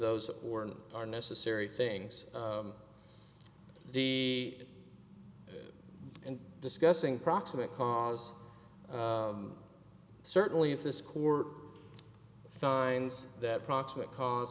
those are necessary things d and discussing proximate cause certainly if this core signs that proximate cause